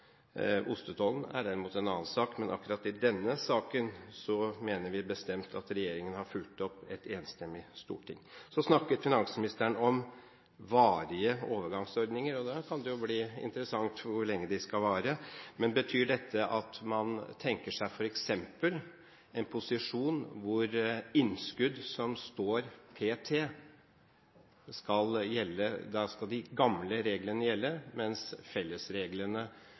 Ostetollen er derimot en annen sak, men akkurat i denne saken mener vi bestemt at regjeringen har fulgt opp et enstemmig storting. Så snakket finansministeren om varige overgangsordninger. Da kan det bli interessant hvor lenge de skal vare. Betyr dette at man f.eks. tenker seg en posisjon hvor de gamle reglene skal gjelde for innskudd som står p.t., mens fellesreglene skal gjelde